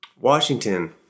Washington